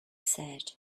said